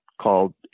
called